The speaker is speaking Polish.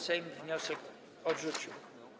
Sejm wniosek odrzucił.